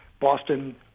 Boston